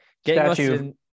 Statue